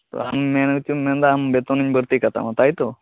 ᱟᱢ ᱢᱮᱱ ᱚᱪᱚᱭᱮᱫᱟ ᱟᱢ ᱵᱮᱛᱚᱱᱤᱧ ᱵᱟᱹᱲᱛᱤ ᱠᱟᱛᱟᱢᱟ ᱛᱟᱭᱛᱳ